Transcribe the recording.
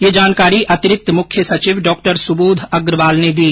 यह जानकारी अतिरिक्त मुख्य सचिव डॉ सुबोध अग्रवाल ने दी